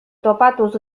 topatuz